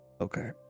Okay